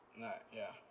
nine ya